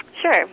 Sure